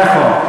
נכון.